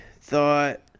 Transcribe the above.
thought